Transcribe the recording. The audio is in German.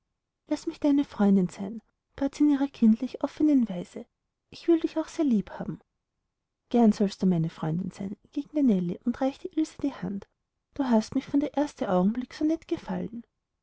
laß mich deine freundin sein bat sie in ihrer kindlich offnen weise ich will dich auch sehr lieb haben gern sollst du meine freundin sein entgegnete nellie und reichte ilse die hand du hast mich von der erste augenblick so nett gefallen